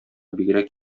бигрәк